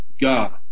God